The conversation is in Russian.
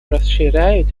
расширяют